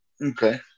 Okay